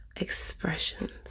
expressions